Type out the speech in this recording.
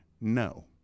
no